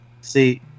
See